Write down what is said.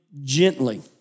gently